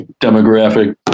demographic